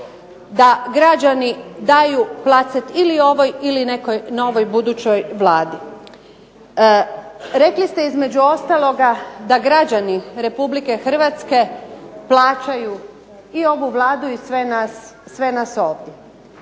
da građani daju placet ili ovoj ili nekoj novoj budućoj Vladi. Rekli ste između ostaloga da građani Republike Hrvatske plaćaju i ovu Vladu i sve nas ovdje.